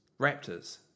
Raptors